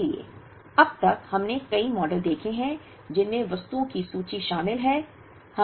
इसलिए अब तक हमने कई मॉडल देखे हैं जिनमें वस्तुओं की सूची शामिल है